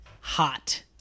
hot